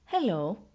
Hello